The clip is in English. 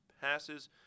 passes